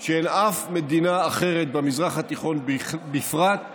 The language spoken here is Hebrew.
שאין אף מדינה אחרת במזרח התיכון בפרט,